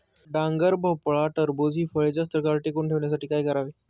डांगर, भोपळा, टरबूज हि फळे जास्त काळ टिकवून ठेवण्यासाठी काय करावे?